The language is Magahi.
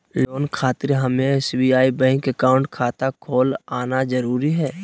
लोन खातिर हमें एसबीआई बैंक अकाउंट खाता खोल आना जरूरी है?